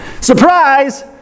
Surprise